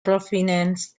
provenance